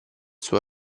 suo